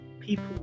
people